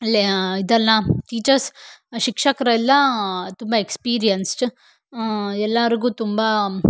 ಅಲ್ಲಿಯ ಇದೆಲ್ಲ ಟೀಚರ್ಸ್ ಶಿಕ್ಷಕರೆಲ್ಲ ತುಂಬ ಎಕ್ಸ್ಪೀರಿಯೆನ್ಸ್ಡ್ ಎಲ್ಲರ್ಗೂ ತುಂಬ